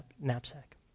knapsack